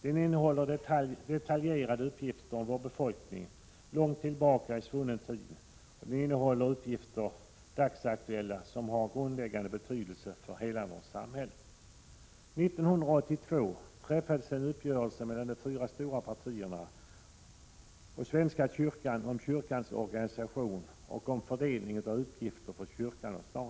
Den innehåller detaljerade uppgifter om vår befolkning långt tillbaka i svunnen tid och dagsaktuella uppgifter som har grundläggande betydelse för hela vårt samhälle. År 1982 träffades en uppgörelse mellan de fyra stora partierna och svenska kyrkan om kyrkans organisation och om fördelningen av uppgifterna mellan kyrkan och staten.